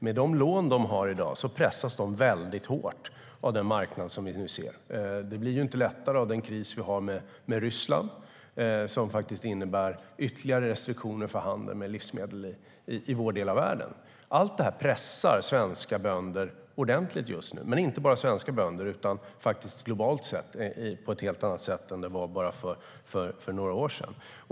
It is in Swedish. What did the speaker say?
Med de lån de har i dag pressas de väldigt hårt av den marknad som vi nu ser. Det blir ju inte lättare av den kris vi har med Ryssland, som innebär ytterligare restriktioner för handel med livsmedel i vår del av världen. Allt detta pressar svenska bönder ordentligt just nu, men inte bara svenska bönder utan globalt på ett helt annat sätt än för bara några år sedan.